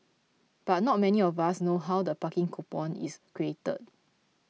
but not many of us know how the parking coupon is created